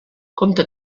compta